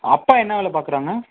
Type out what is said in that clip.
அப்பா என்ன வேலை பார்க்குறாங்க